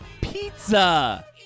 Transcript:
pizza